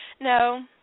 No